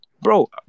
bro